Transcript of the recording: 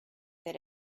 that